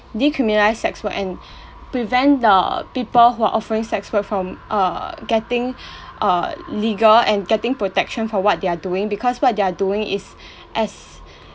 decriminalise sex work and prevent the people who are offering sex work from err getting err legal and getting protection for what they're doing because what they're doing is as